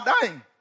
dying